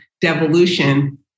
devolution